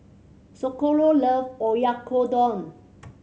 Socorro loves Oyakodon